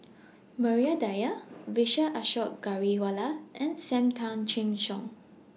Maria Dyer Vijesh Ashok Ghariwala and SAM Tan Chin Siong